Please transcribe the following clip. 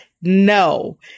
no